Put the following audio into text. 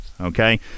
Okay